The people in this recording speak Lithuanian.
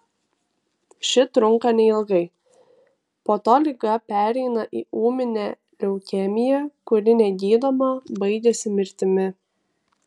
ši trunka neilgai po to liga pereina į ūminę leukemiją kuri negydoma baigiasi mirtimi